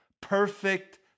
Perfect